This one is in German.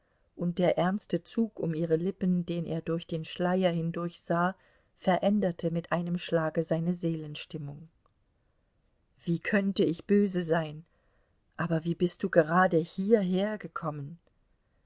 und der ernste zug um ihre lippen den er durch den schleier hindurch sah veränderte mit einem schlage seine seelenstimmung wie könnte ich böse sein aber wie bist du gerade hierher gekommen